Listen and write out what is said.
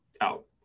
out